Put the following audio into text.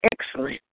excellent